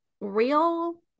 real